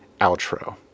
outro